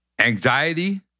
Anxiety